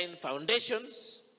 foundations